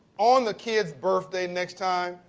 on the kids' birthday next time,